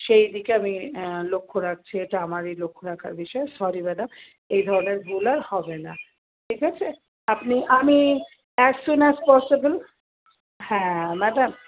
সেই দিকে আমি লক্ষ্য রাখছি এটা আমারই লক্ষ্য রাখার বিষয় সরি ম্যাডাম এই ধরনের ভুল আর হবে না ঠিক আছে আপনি আমি অ্যাজ সুন অ্যাজ পসিবল হ্যাঁ ম্যাডাম